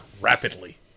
rapidly